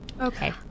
Okay